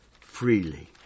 Freely